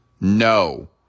no